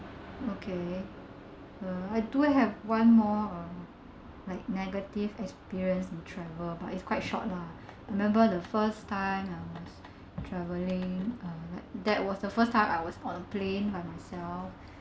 okay uh I do have one more um like negative experience in travel but it's quite short lah remember the first time um travelling uh like that was the first time I was on a plane by myself